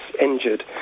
injured